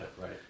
Right